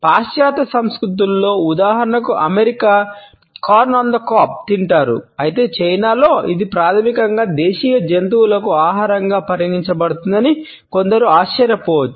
పాశ్చాత్య సంస్కృతులలో ఉదాహరణకు అమెరికాలో మొక్కజొన్న ఆన్ కాబ్ తింటారు అయితే చైనాలో ఇది ప్రాథమికంగా దేశీయ జంతువులకు ఆహారంగా పరిగణించబడుతుందని కొందరు ఆశ్చర్యపోవచ్చు